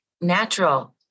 natural